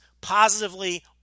positively